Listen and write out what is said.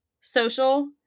social